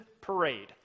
parade